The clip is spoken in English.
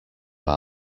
our